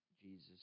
Jesus